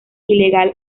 ilegal